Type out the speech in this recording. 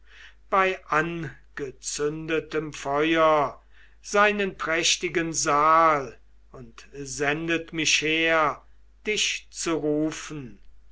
bei angezündetem feuer seinen prächtigen saal und sendet mich her dich zu rufen